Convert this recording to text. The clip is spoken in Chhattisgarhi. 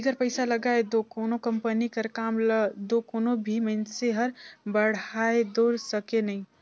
बिगर पइसा लगाए दो कोनो कंपनी कर काम ल दो कोनो भी मइनसे हर बढ़ाए दो सके नई